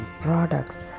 products